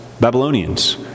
babylonians